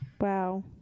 Wow